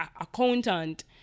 accountant